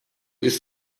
ist